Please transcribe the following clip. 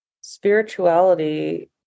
spirituality